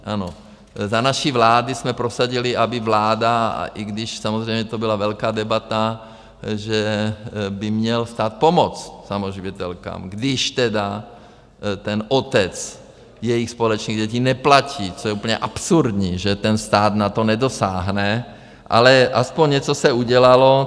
Ano, za naší vlády jsme prosadili, aby vláda, i když samozřejmě to byla velká debata, že by měl stát pomoct samoživitelkám, když tedy ten otec jejich společných dětí neplatí, což je úplně absurdní, že stát na to nedosáhne, ale aspoň něco se udělalo.